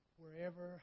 wherever